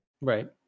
Right